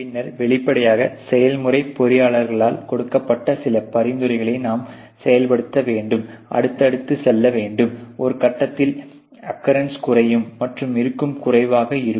பின்னர் வெளிப்படையாக செயல்முறைப் பொறியாளர்களால் கொடுக்கப்பட்ட சில பரிந்துரைகளை நாம் செயல்படுத்த வேண்டும் அடுத்து அடுத்து செல்லவேண்டும் ஒரு கட்டத்தில் அக்குரன்ஸ் குறையும் மற்றும் இருக்கும் குறைவாக இருக்கும்